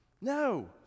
No